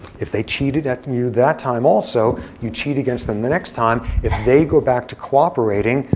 if they cheated at you that time also, you cheat against them the next time. if they go back to cooperating,